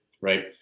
right